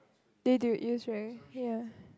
they do use right ya